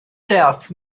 death